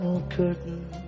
Curtain